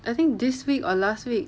I think this week or last week